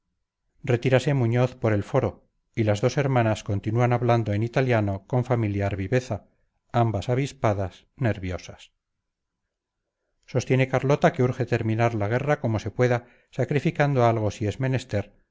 retírase muñoz por el foro y las dos hermanas continúan hablando en italiano con familiar viveza ambas avispadas nerviosas sostiene carlota que urge terminar la guerra como se pueda sacrificando algo si es menester